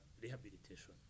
rehabilitation